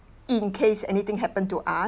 in case anything happen to us